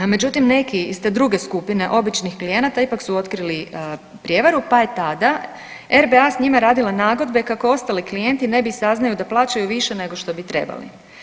Međutim neki iz te druge skupine običnih klijenata ipak su otkrili prijevaru pa je tada RBA sa njima radila nagodbe kako ostali klijenti ne bi saznali da plaćaju više nego što bi trebali.